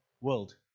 world